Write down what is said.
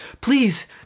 please